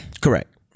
Correct